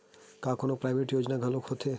का कोनो प्राइवेट योजना घलोक होथे?